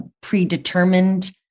predetermined